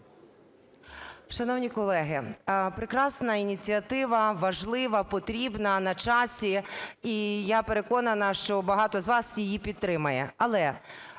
Шановні колеги, прекрасна ініціатива, важлива, потрібна, на часі. І я переконана, що багато з вас її підтримає.